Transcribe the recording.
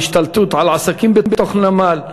בהשתלטות על עסקים בתוך הנמל,